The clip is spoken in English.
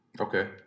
Okay